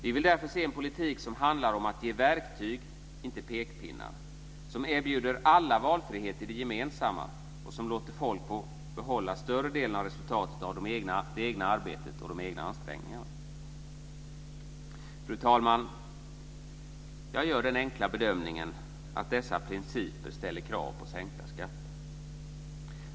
Vi vill därför se en politik som handlar om att ge verktyg, inte pekpinnar, och erbjuder alla en valfrihet i det gemensamma och låter människor behålla större delen av resultatet av det egna arbetet och de egna ansträngningarna. Fru talman! Jag gör den enkla bedömningen att dessa principer ställer krav på sänkta skatter.